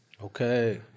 Okay